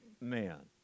man